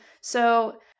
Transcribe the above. So-